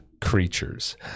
creatures